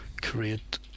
create